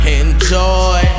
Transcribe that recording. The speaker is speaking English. enjoy